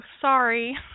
sorry